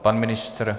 Pan ministr?